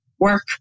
Work